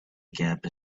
gap